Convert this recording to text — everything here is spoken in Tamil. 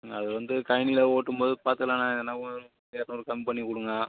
அது வந்து கழனியில் ஓட்டும்போது பார்த்துக்கலாண்ண எதனால் ஒரு இரநூறு கம்மி பண்ணி கொடுங்க